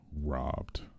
robbed